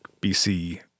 BC